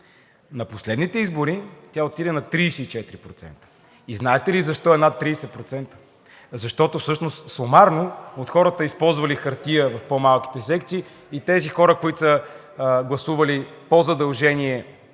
На последните избори тя отиде на 34%. И знаете ли защо е над 30%? Защото всъщност сумарно от хората, използвали хартия в по-малките секции, и тези хора, които са гласували по задължение